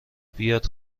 بیاد